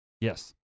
Yes